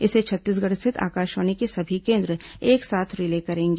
इसे छत्तीसगढ़ रिथत आकाशवाणी के सभी केन्द्र एक साथ रिले करेंगे